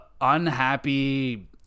unhappy